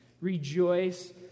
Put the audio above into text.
Rejoice